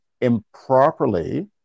improperly